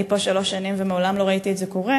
אני פה שלוש שנים ומעולם לא ראיתי את זה קורה,